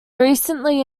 recently